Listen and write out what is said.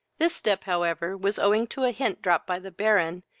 this step, however, was owing to a hint dropped by the baron,